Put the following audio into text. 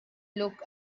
look